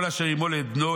כל אשר ימל את בנו,